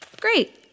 Great